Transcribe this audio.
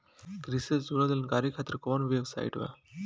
कृषि से जुड़ल जानकारी खातिर कोवन वेबसाइट बा?